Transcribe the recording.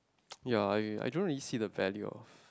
ya I I don't really see the value of